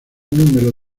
número